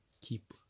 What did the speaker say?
keep